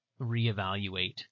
reevaluate